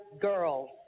girls